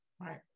Right